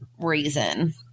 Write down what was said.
reason